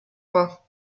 vain